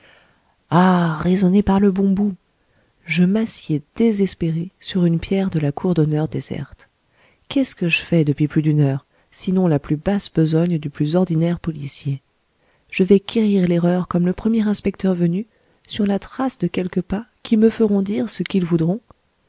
ah raisonner par le bon bout je m'assieds désespéré sur une pierre de la cour d'honneur déserte qu'est-ce que je fais depuis plus d'une heure sinon la plus basse besogne du plus ordinaire policier je vais quérir l'erreur comme le premier inspecteur venu sur la trace de quelques pas qui me feront dire ce qu'ils voudront